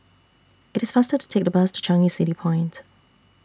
IT IS faster to Take The Bus to Changi City Point